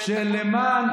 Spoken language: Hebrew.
שלמען